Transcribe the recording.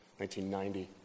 1990